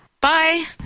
Bye